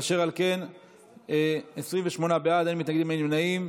ואשר על כן 28 בעד, אין מתנגדים ואין נמנעים,